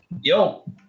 yo